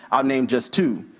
i'll name just two.